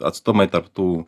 atstumai tarp tų